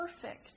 perfect